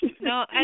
No